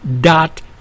dot